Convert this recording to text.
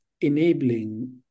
enabling